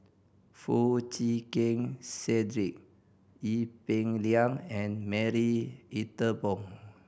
Foo Chee Keng Cedric Ee Peng Liang and Marie Ethel Bong